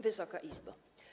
Wysoka Izbo!